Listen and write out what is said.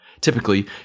Typically